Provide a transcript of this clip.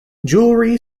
jewellery